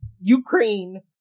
Ukraine